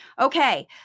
Okay